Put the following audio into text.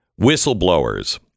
Whistleblowers